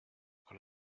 con